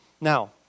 Now